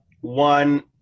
One